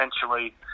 potentially